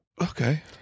Okay